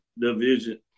Division